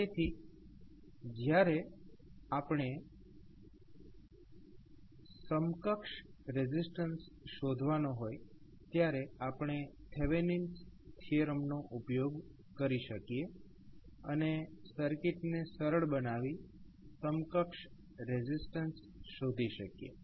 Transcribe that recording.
તેથી જ્યારે આપણે સમકક્ષ રેઝિસ્ટન્સ શોધવાનો હોય ત્યારે આપણે થેવેનિન્સ થીયરમ નો ઉપયોગ કરી શકીએ અને સર્કિટને સરળ બનાવી સમકક્ષ રેઝિસ્ટન્સ શોધી શકીએ